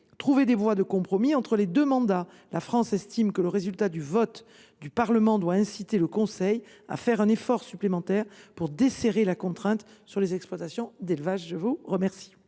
trouver des voies de compromis entre les deux mandats. La France estime que le résultat du vote du Parlement doit inciter le Conseil à faire un effort supplémentaire pour desserrer la contrainte sur les exploitations d’élevage. La parole